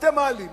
אתם מעלים מסים,